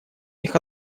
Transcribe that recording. них